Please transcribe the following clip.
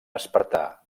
espartà